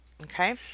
okay